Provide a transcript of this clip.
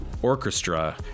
Orchestra